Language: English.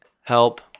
help